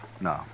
No